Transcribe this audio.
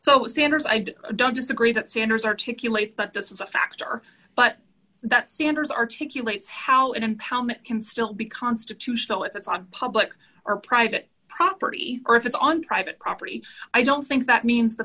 so sanders i don't disagree that sanders articulate that this is a factor but that sanders articulate how an impound can still be constitutional if it's on public or private property or if it's on private property i don't think that means the